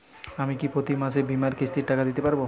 আমি কি প্রতি মাসে বীমার কিস্তির টাকা দিতে পারবো?